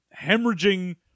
hemorrhaging